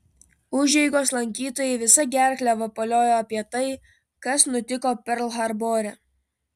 užeigos lankytojai visa gerkle vapaliojo apie tai kas nutiko perl harbore